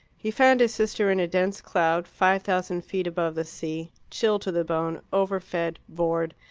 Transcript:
he found his sister in a dense cloud five thousand feet above the sea, chilled to the bone, overfed, bored,